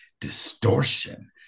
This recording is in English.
distortion